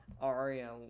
Aria